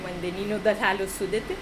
vandeninių dalelių sudėtį